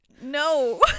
No